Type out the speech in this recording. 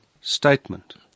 statement